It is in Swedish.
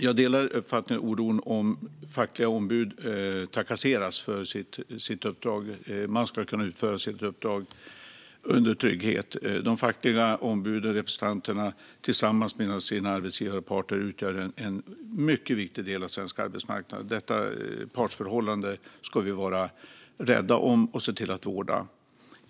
Jag delar uppfattningen och oron när det gäller fackliga ombud som trakasseras för sitt uppdrag. Man ska kunna utföra sitt uppdrag i trygghet. De fackliga ombuden och representanterna utgör en mycket viktig del av svensk arbetsmarknad tillsammans med arbetsgivarparterna. Detta partsförhållande ska vi vara rädda om och se till att vårda.